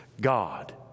God